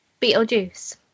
Beetlejuice